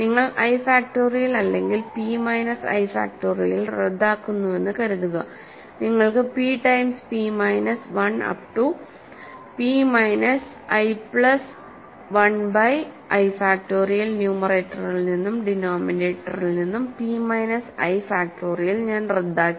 നിങ്ങൾ I factorial അല്ലെങ്കിൽ P minus I factorial റദ്ദാക്കുന്നുവെന്ന് കരുതുക നിങ്ങൾക്ക് പി ടൈംസ് പി മൈനസ് 1അപ്റ്റു p minus i plus 1 by i factorial ന്യൂമറേറ്ററിൽ നിന്നും ഡിനോമിനേറ്ററിൽ നിന്നും പി മൈനസ് ഐ ഫാക്റ്റോറിയൽ ഞാൻ റദ്ദാക്കി